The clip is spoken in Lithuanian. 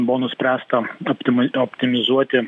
buvo nuspręsta optima optimizuoti